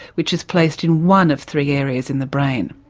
which is placed in one of three areas in the brain.